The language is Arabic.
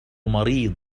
مريض